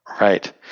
Right